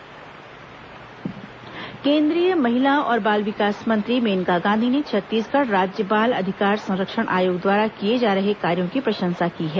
बाल अधिकार संरक्षण प्रशंसा केंद्रीय महिला और बाल विकास मंत्री मेनका गांधी ने छत्तीसगढ़ राज्य बाल अधिकार संरक्षण आयोग द्वारा किए जा रहे कार्यों की प्रशंसा की है